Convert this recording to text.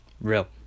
Real